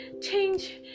change